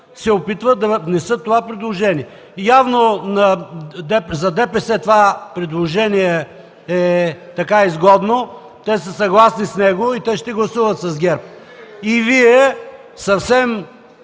се опитват да внесат това предложение. Явно за ДПС това предложение е изгодно, те са съгласни с него и те ще гласуват с ГЕРБ. И Вие съвсем